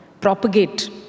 propagate